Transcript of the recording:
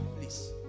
please